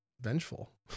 vengeful